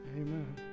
Amen